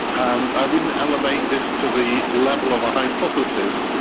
and i wouldn't elevate this to the level of a hypothesis,